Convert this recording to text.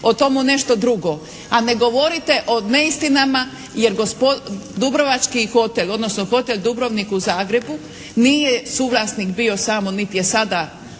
o tomu nešto drugo. A ne govorite o neistinama jer dubrovački hotel odnosno hotel "Dubrovnik" u Zagrebu nije suvlasnik bio samo nit je sada